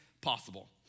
possible